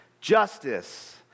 Justice